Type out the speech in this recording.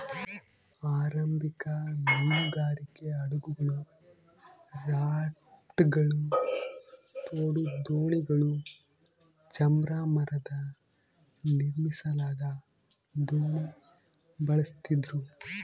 ಆರಂಭಿಕ ಮೀನುಗಾರಿಕೆ ಹಡಗುಗಳು ರಾಫ್ಟ್ಗಳು ತೋಡು ದೋಣಿಗಳು ಚರ್ಮ ಮರದ ನಿರ್ಮಿಸಲಾದ ದೋಣಿ ಬಳಸ್ತಿದ್ರು